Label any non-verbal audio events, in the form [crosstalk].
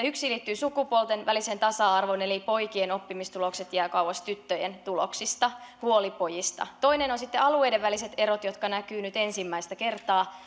[unintelligible] yksi liittyy sukupuolten väliseen tasa arvoon eli poikien oppimistulokset jäävät kauas tyttöjen tuloksista huoli pojista toinen on alueiden väliset erot jotka näkyivät nyt ensimmäistä kertaa [unintelligible]